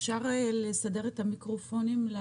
אפשר לסדר את המיקרופונים?